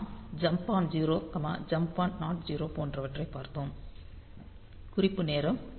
நாம் jump on 0 jump on not 0 போன்றவற்றைப் பார்த்தோம் குறிப்பு நேரம் 2018